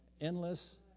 endless